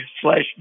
slash